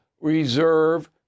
reserve